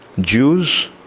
Jews